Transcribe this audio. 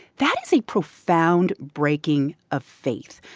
that is a profound breaking of faith.